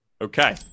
Okay